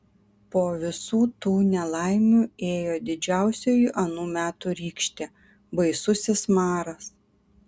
po visų tų nelaimių ėjo didžiausioji anų metų rykštė baisusis maras